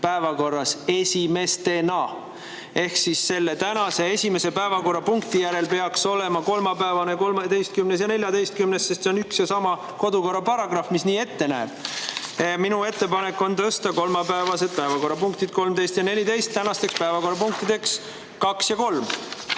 päevakorda esimestena. Ehk siis tänase esimese päevakorrapunkti järel peaks olema kolmapäevane 13. ja 14. [päevakorrapunkt], sest see on üks ja sama kodukorraseaduse paragrahv, mis nii ette näeb. Minu ettepanek on tõsta kolmapäevased päevakorrapunktid 13 ja 14 tänasteks päevakorrapunktideks nr 2 ja